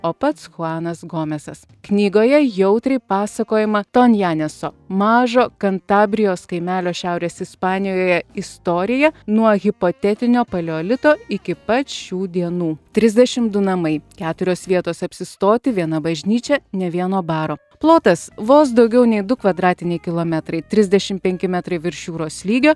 o pats chuanas gomesas knygoje jautriai pasakojama tonjaneso mažo kantabrijos kaimelio šiaurės ispanijoje istorija nuo hipotetinio paleolito iki pat šių dienų trisdešimt du namai keturios vietos apsistoti viena bažnyčia nė vieno baro plotas vos daugiau nei du kvadratiniai kilometrai trisdešimt penki metrai virš jūros lygio